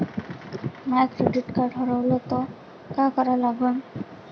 माय credit card हारवलं तर काय करा लागन?